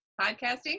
podcasting